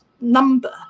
number